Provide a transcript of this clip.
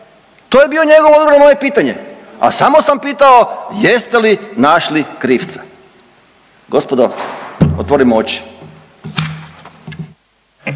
To je bio njegov odgovor na moje pitanje, a samo sam pitao jeste li našli krivca. Gospodo, otvorimo oči.